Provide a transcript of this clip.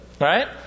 Right